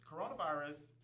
coronavirus